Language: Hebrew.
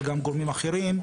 משטרה וגורמים אחרים,